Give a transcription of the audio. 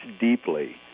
deeply